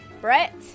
Brett